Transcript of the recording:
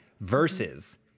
Versus